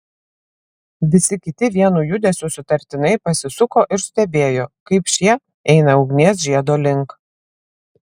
visi kiti vienu judesiu sutartinai pasisuko ir stebėjo kaip šie eina ugnies žiedo link